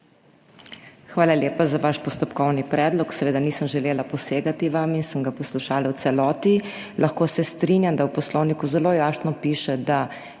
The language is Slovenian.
Hvala lepa za vaš postopkovni predlog. Seveda nisem želela posegati vanj in sem ga poslušala v celoti. Lahko se strinjam, da v Poslovniku zelo jasno piše, da